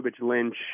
Lynch